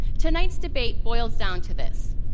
tonight's debate boils down to this.